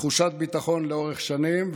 תחושת ביטחון, לאורך שנים.